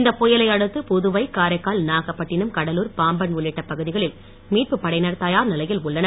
இந்த புயலை அடுத்து புதுவை காரைக்கால் நாகப்பட்டினம் கடலூர் பாம்பன் உள்ளிட்ட பகுதிகளில் மீட்பு படையினர் தயார் நிலையில் உள்ளனர்